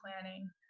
planning